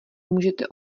můžete